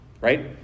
right